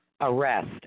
arrest